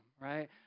right